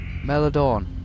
Melodorn